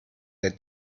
der